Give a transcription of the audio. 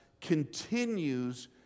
continues